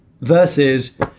Versus